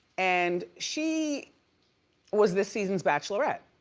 and she was this season's bachelorette.